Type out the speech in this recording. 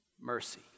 mercy